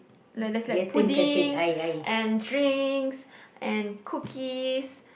like like there's pudding and drinks and cookies